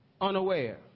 unaware